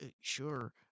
sure